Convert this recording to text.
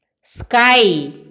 Sky